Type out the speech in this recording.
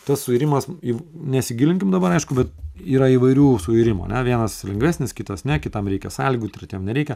tas suirimas į nesigilinkim dabar aišku bet yra įvairių suirimų ane vienas lengvesnis kitas ne kitam reikia sąlygų tretiem nereikia